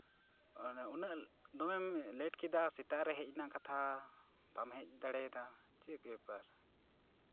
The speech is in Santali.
ᱩᱱᱟᱹᱜ ᱫᱚᱢᱮᱢ ᱞᱮ ᱴ ᱠᱮᱫᱟ ᱥᱮᱛᱟᱜ ᱨᱮ ᱦᱮᱡ ᱨᱮᱱᱟᱜ ᱠᱟᱛᱷᱟ ᱵᱟᱢ ᱦᱮᱡ ᱫᱟᱲᱮᱭᱟᱫᱟ ᱪᱮᱫ ᱵᱮᱯᱟᱨ